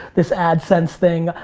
this adsense thing.